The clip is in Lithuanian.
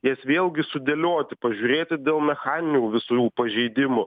jas vėlgi sudėlioti pažiūrėti dėl mechaninių visų pažeidimų